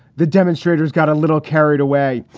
the demonstrators got a little carried away.